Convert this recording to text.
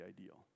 ideal